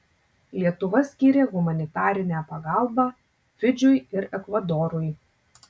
lietuva skyrė humanitarinę pagalbą fidžiui ir ekvadorui